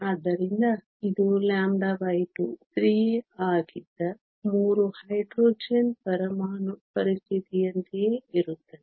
ಆದ್ದರಿಂದ ಇದು 2 3a ಆಗಿದ್ದ 3 ಹೈಡ್ರೋಜನ್ ಪರಮಾಣು ಪರಿಸ್ಥಿತಿಯಂತೆಯೇ ಇರುತ್ತದೆ